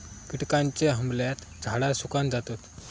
किटकांच्या हमल्यात झाडा सुकान जातत